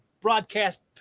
broadcast